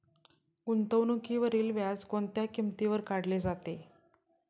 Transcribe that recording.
गुंतवणुकीवरील व्याज कोणत्या किमतीवर काढले जाते?